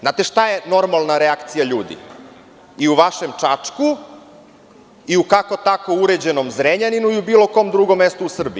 Znate šta je normalna reakcija ljudi i u vašem Čačku, i kako tako uređenom Zrenjaninu i u bilo kom drugom mestu u Srbiji.